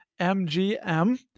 MGM